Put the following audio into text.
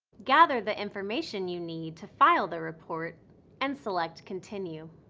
gather the information you need to file the report and select continue.